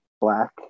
black